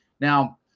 Now